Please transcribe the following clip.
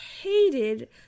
hated